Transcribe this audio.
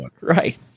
Right